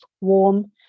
warm